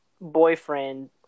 boyfriend